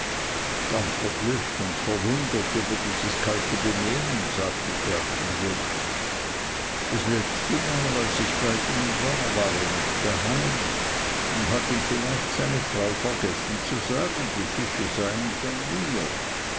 ganz verblüfft und verwundert über dieses kalte benehmen sagte der klient das letztemal als ich bei ihm war war er nicht da heim und hat ihm vielleicht seine frau vergessen zu sagen die fische seien von mir